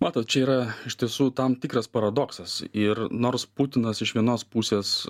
matot čia yra iš tiesų tam tikras paradoksas ir nors putinas iš vienos pusės